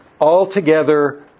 altogether